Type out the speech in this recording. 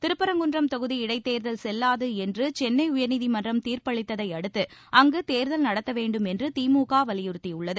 திருப்பரங்குன்றம் தொகுதி இடைத்தேர்தல் செல்வாது என்று சென்னை உயா்நீதிமன்றம் தீர்ப்பளித்தை அடுத்து அங்கு தேர்தல் நடத்த வேண்டும் என்று திமுக வலியுறத்தியுள்ளது